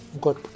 good